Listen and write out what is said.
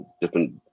different